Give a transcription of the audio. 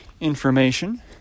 information